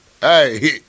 hey